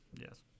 Yes